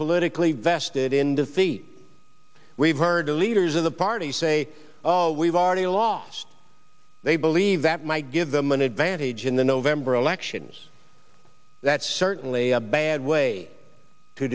politically vested in defeat we've heard the leaders of the party say oh we've already lost they believe that might give them an advantage in the november elections that's certainly a bad way to